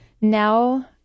Now